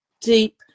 deep